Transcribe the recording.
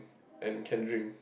and can dream